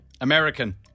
American